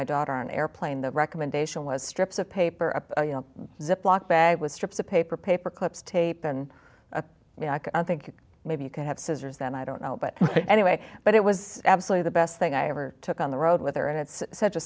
my daughter an airplane the recommendation was strips of paper a ziploc bag with strips of paper paper clips taped and i think maybe you could have scissors that i don't know but anyway but it was absolutely the best thing i ever took on the road with her and it's such a